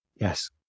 Yes